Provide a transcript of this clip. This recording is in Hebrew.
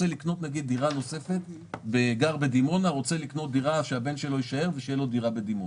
ורוצה לקנות דירה נוספת כדי שהבן שלו יישאר בדימונה.